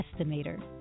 estimator